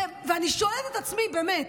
ואני שואלת את עצמי, באמת,